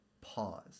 pause